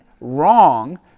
wrong